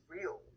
real